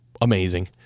amazing